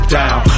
down